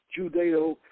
judeo